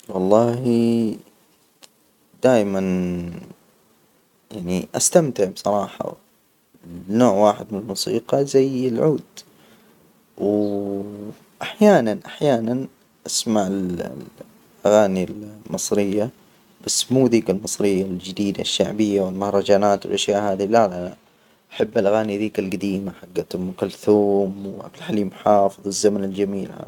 والله دائما. يعني أستمتع بصراحة نوع واحد من الموسيقى زي العود. و أحيانا- أحيانا أسمع ال -ال الأغاني المصرية، بس مو ذيك المصرية الجديدة الشعبية والمهرجانات والأشياء هذى، لا- لا أحب الأغاني ذيك القديمة، حجة أم كلثوم وعبد الحليم حافظ، الزمن الجميل هذا.